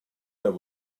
their